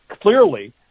Clearly